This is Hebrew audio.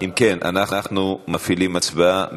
אם כן, אנחנו מפעילים הצבעה.